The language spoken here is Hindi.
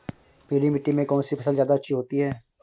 पीली मिट्टी में कौन सी फसल ज्यादा अच्छी होती है?